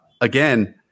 Again